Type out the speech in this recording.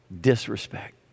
disrespect